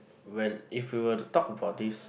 when if we were to talk about this